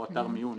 או אתר מיון,